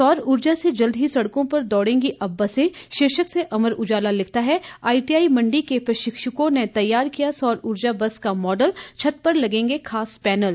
सौर ऊर्जा से जल्द ही सड़कों पर दौड़ेंगी अब बसें शीर्षक से अमर उजाला लिखता है आईटीआई मंडी के प्रशिक्षुओं ने तैयार किया सौर ऊर्जा बस का मॉडल छत पर लगेंगे खास पैनल